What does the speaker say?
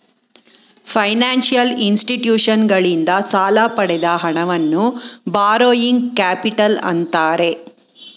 financial ಇನ್ಸ್ಟಿಟ್ಯೂಷನ್ಸಗಳಿಂದ ಸಾಲ ಪಡೆದ ಹಣವನ್ನು ಬಾರೋಯಿಂಗ್ ಕ್ಯಾಪಿಟಲ್ ಅಂತ್ತಾರೆ